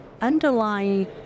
underlying